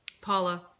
Paula